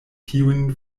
tiun